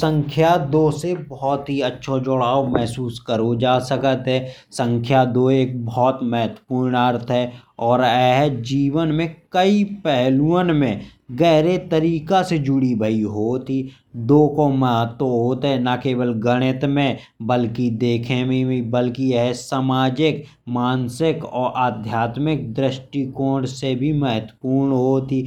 सँख्या दो से बहुत ही अच्छो जोड़ाव महसूस करो जा सकत है। सँख्या दो एक बहुत महत्वपूर्ण अर्थ है। और यह जीवन में कई पहलुओं में गहरे तरीके से जुड़ी भई होत ही। दो को महत्व होत है ना केवल गणित में बल्कि देखने में भी। बल्कि यह सामाजिक मानसिक और आध्यात्मिक दृष्टिकोण से भी महत्वपूर्ण होत ही।